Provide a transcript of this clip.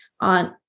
on